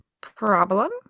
Problem